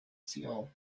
seoul